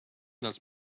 dels